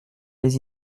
les